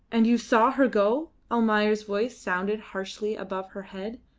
and you saw her go? almayer's voice sounded harshly above her head.